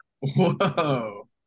whoa